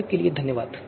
तब तक धन्यवाद